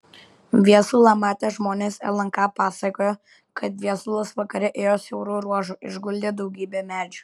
viesulą matę žmonės lnk pasakojo kad viesulas vakare ėjo siauru ruožu išguldė daugybė medžių